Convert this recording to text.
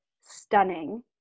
stunning